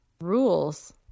rules